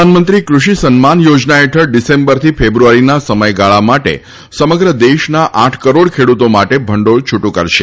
પ્રધાનમંત્રી કૃષિ સન્માન યોજના હેઠળ ડિસેમ્બરથી ફેબ્રુઆરીના સમયગાળા માટે સમગ્ર દેશના આઠ કરોડ ખેડૂતો માટે ભંડોળ છૂટું કરશે